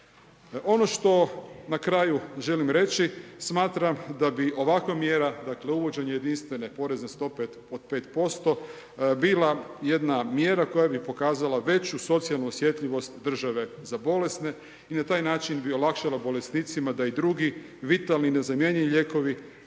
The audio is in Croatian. Ono što na kraju želim reći, smatram da bi ovakva mjera, dakle uvođenje jedinstvene porezne stope od 5% bila jedna mjera koja bi pokazala veću socijalnu osjetljivost države za bolesne i na taj način bi olakšala bolesnicima da i drugi, vitalni, nezamjenjivi lijekovi